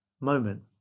moment